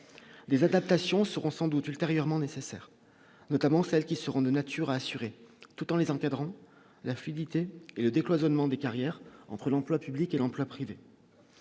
des adaptations seront sans doute ultérieurement nécessaires, notamment celles qui seront de nature à assurer tout en les encadrant la fluidité et le décloisonnement des carrières entre l'emploi public et l'emploi privé,